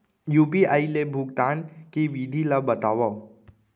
UPI ले भुगतान के विधि ला बतावव